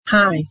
Hi